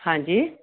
हांजी